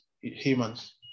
humans